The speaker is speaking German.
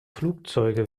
flugzeuge